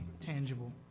tangible